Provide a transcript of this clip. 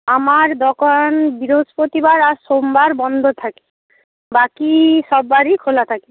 আমার দোকান বৃহস্পতিবার আর সোমবার বন্ধ থাকে বাকি সব বারই খোলা থাকে